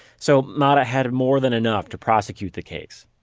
so motta had more than enough to prosecute the case.